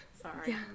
Sorry